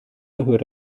hört